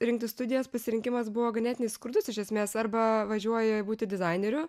rinktis studijas pasirinkimas buvo ganėtinai skurdus iš esmės arba važiuoji būti dizaineriu